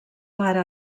pare